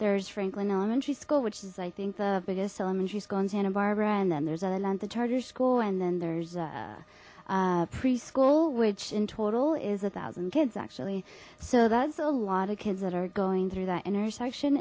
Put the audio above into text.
there is franklin elementary school which is i think the biggest elementary school in santa barbara and then there's an atlanta charter school and then there's a preschool which in total is a thousand kids actually so that's a lot of kids that are going through that intersection